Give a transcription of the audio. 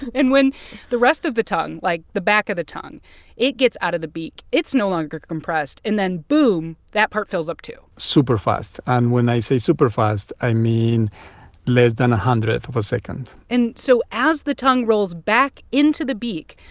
and when the rest of the tongue like the back of the tongue it gets out of the beak, it's no longer compressed. and then boom that part fills up, too super-fast and when i say super-fast, i mean less than a hundredth of a second and so as the tongue rolls back into the beak,